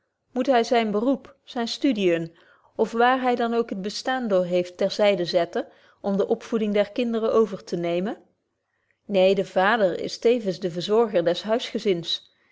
moet hy zyn beroep zyne studiën of waar hy dan ook het bestaan door heeft ter zyden zetten om de opvoeding der kinderen over te nemen neen de vader is teffens de